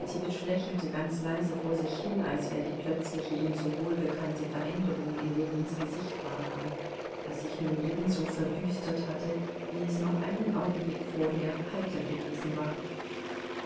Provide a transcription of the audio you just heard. lächelte ganz leise vor sich hin als er die plötzliche ihm so wohlbekannte veränderung in ljewins gesicht wahrnahm das sich nun ebenso verdüstert hatte wie es noch einen augenblick vorher heiter gewesen war